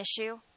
issue